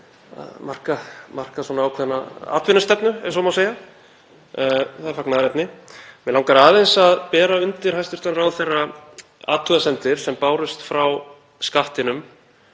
að marka ákveðna atvinnustefnu ef svo má segja. Það er fagnaðarefni. Mig langar aðeins að bera undir hæstv. ráðherra athugasemdir sem bárust frá Skattinum